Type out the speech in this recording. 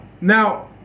Now